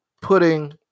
putting